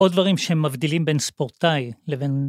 עוד דברים שהם מבדילים בין ספורטאי לבין.